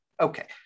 Okay